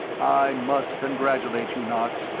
i must congratulate you, knox,